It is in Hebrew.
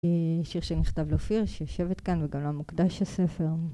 זה שיר שנכתב לאופיר, שיושבת כאן, וגם לה מוקדש הספר.